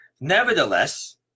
Nevertheless